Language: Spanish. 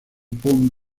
pont